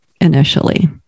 initially